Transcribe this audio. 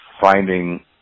finding